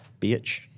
Bitch